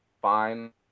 fine